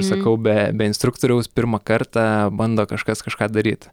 sakau be be instruktoriaus pirmą kartą bando kažkas kažką daryt